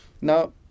Now